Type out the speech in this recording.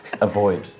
avoid